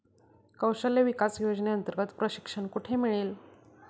कौशल्य विकास योजनेअंतर्गत प्रशिक्षण कुठे मिळेल?